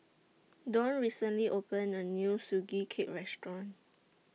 Donn recently opened A New Sugee Cake Restaurant